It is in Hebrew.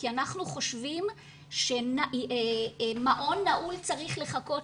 כי אנחנו חושבים שמעון נעול צריך לחכות